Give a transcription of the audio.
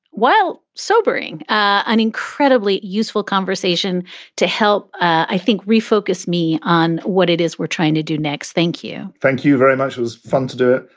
well, sobering, an incredibly useful conversation to help, i think, refocus me on what it is we're trying to do next. thank you thank you very much. it was fun to do.